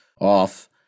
off